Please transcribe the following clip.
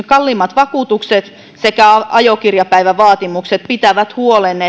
kalliimmat vakuutukset sekä ajopäiväkirjavaatimukset pitävät huolen